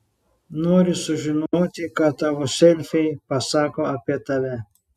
nori sužinoti ką tavo selfiai pasako apie tave